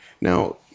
Now